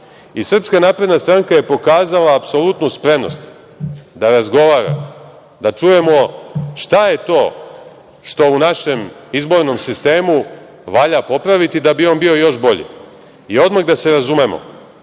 Srbije. Srpska napredna stranka je pokazala apsolutnu spremnost da razgovara, da čujemo šta je to što u našem izbornom sistemu valja popraviti da bi on bio još bolji. Odmah da se razumemo,